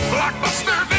Blockbuster